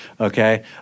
okay